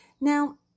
Now